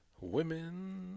Women